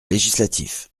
législatif